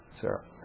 Sarah